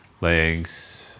legs